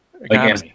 Again